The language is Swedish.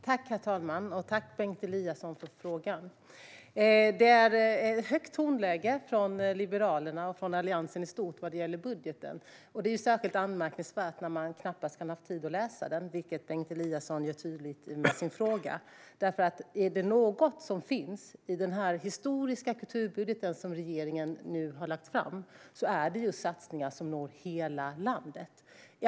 Herr talman! Tack, Bengt Eliasson, för frågan! Det är ett högt tonläge hos Liberalerna och hos Alliansen i stort vad det gäller budgeten. Det är särskilt anmärkningsvärt när man knappast kan ha haft tid att läsa den, vilket Bengt Eliasson gör tydligt i och med sin fråga. Är det något som finns i den historiska kulturbudget som regeringen nu har lagt fram är det just satsningar som når hela landet.